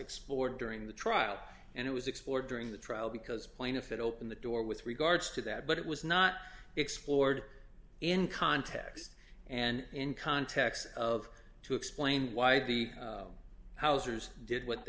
explored during the trial and it was explored during the trial because plaintiff it opened the door with regards to that but it was not explored in context and in context of to explain why the hauser's did what